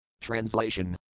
Translation